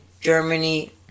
Germany